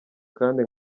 kandi